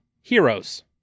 Heroes